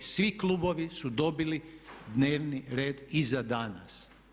Svi klubovi su dobili dnevni red i za danas.